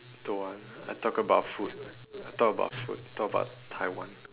don't want I talk about food talk about food talk about Taiwan